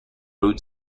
boot